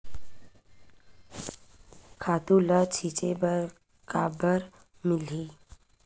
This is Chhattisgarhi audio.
खातु ल छिंचे बर काबर मिलही?